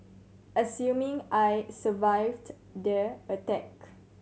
assuming I survived the attack